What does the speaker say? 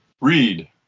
Read